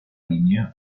linie